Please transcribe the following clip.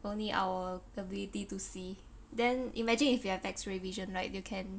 only our ability to see then imagine if you have X_ray vision right you can